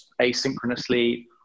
asynchronously